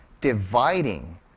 dividing